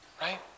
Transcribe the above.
Right